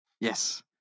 Yes